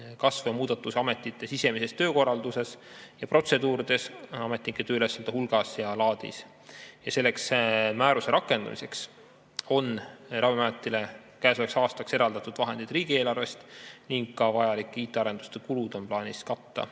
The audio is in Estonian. kasvu ning muudatusi ametite sisemises töökorralduses ja protseduurides, ametnike tööülesannete hulgas ja laadis. Selle määruse rakendamiseks on Ravimiametile käesolevaks aastaks eraldatud vahendeid riigieelarvest ning vajalikud IT-arenduste kulud on plaanis katta